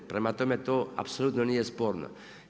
Prema tome to apsolutno nije sporno.